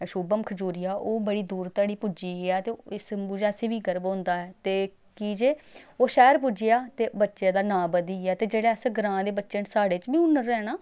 शुभम खजूरिया ओह् बड़ी दूर धोड़ी पुज्जी गेआ ऐ ते इस मूजब असें बी गर्व होंदा ऐ ते की जे ओह् शैह्र पुज्जी गेआ ते बच्चे दा नांऽ बधी गेआ ते जेह्ड़े अस ग्रांऽ दे बच्चे न साढ़े च बी हुनर है ना